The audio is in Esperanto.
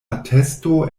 atesto